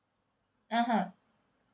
(uh huh)